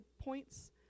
points